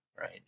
Right